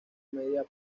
media